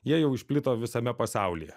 jie jau išplito visame pasaulyje